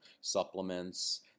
supplements